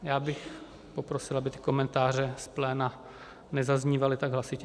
Já bych poprosil, aby ty komentáře z pléna nezaznívaly tak hlasitě.